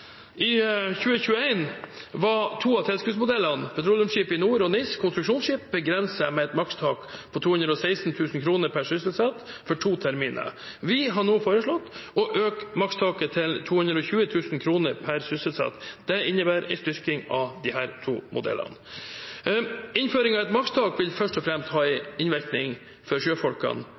I 2021 var to av tilskuddsmodellene, petroleumsskip i NOR og NIS konstruksjonsskip, begrenset med et makstak på 216 000 kr per sysselsatt for to terminer. Vi har nå foreslått å øke makstaket til 220 000 kr per sysselsatt. Det innebærer en styrking av disse to modellene. Innføringen av et makstak vil først og fremst ha innvirkning for sjøfolkene